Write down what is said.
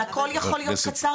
לכן אני רוצה לדבר קצר,